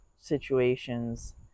situations